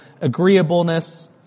agreeableness